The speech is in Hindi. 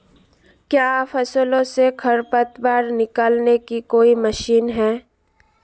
क्या फसलों से खरपतवार निकालने की कोई मशीन है?